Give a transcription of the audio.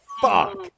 fuck